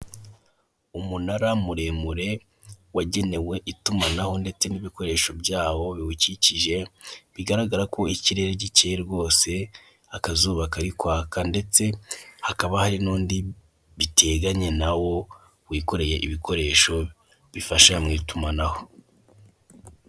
Umunara muremure wagenewe itumanaho ndetse n'ibikoresho byawo biwukikije bigaragara ko ikirere gikeye rwose, akazuba kari kwaka ndetse hakaba hari n'undi biteganye nawo wikoreye ibikoresho bifasha mu itumanaho.